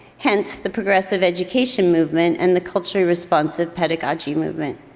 hence, the progressive education movement and the culturally responsive pedagogy movement.